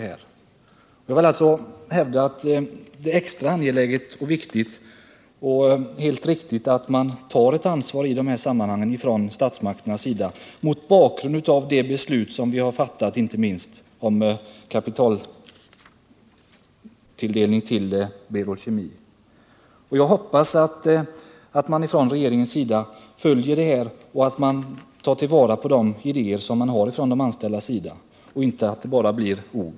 Jag vill alltså hävda att det är mycket viktigt och helt riktigt att statsmakterna här tar ett ansvar, detta inte minst mot bakgrund av det beslut ' som vi fattat om kapitaltilldelning till Berol Kemi AB. Jag hoppas att man från regeringens sida följer frågan och överväger de anställdas idéer, så att det inte bara blir en fråga om ord.